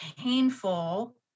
painful